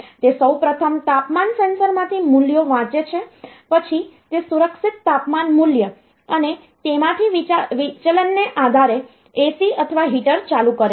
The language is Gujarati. તે સૌપ્રથમ તાપમાન સેન્સરમાંથી મૂલ્યો વાંચે છે પછી તે સુરક્ષિત તાપમાન મૂલ્ય અને તેમાંથી વિચલનને આધારે એસી અથવા હીટર ચાલુ કરે છે